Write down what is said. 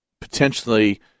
potentially